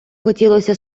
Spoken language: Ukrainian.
хотілося